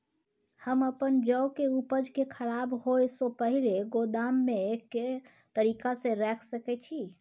हम अपन जौ के उपज के खराब होय सो पहिले गोदाम में के तरीका से रैख सके छी?